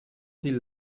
sie